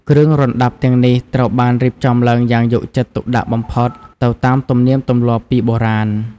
គ្រឿងរណ្តាប់ទាំងនេះត្រូវបានរៀបចំឡើងយ៉ាងយកចិត្តទុកដាក់បំផុត ទៅតាមទំនៀមទម្លាប់ពីបុរាណ។